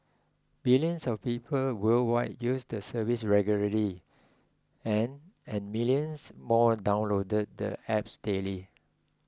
billions of people worldwide use the service regularly and and millions more download the apps daily